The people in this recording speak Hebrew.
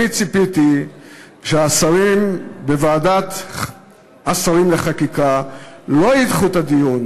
אני ציפיתי שהשרים בוועדת השרים לחקיקה לא ידחו את הדיון,